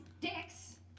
dicks